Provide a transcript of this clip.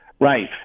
Right